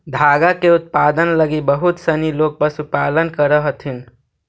धागा के उत्पादन लगी बहुत सनी लोग पशुपालन करऽ हथिन